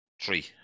three